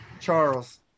Charles